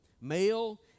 Male